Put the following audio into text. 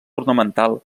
ornamental